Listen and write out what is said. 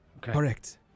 Correct